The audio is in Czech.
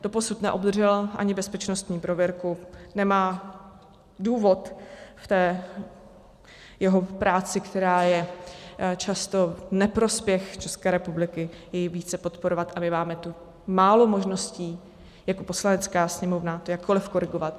Doposud neobdržel ani bezpečnostní prověrku, není důvod v té jeho práci, která je často v neprospěch České republiky, jej více podporovat, a my máme málo možností jako Poslanecká sněmovna jakkoliv korigovat.